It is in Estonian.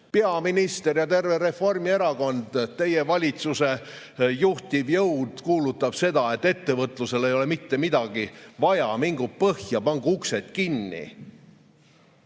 Peaminister ja terve Reformierakond, teie valitsuse juhtiv jõud kuulutab seda, et ettevõtlusel ei ole mitte midagi vaja, mingu põhja, pangu uksed kinni.